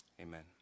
Amen